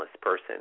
person